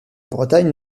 bretagne